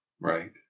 Right